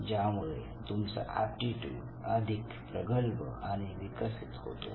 ज्यामुळे तुमचा एप्टीट्यूड अधिक प्रगल्भ आणि विकसित होतो